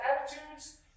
attitudes